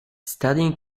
studying